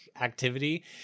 activity